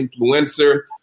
influencer